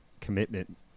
Commitment